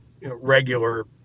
regular